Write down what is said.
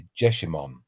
Jeshimon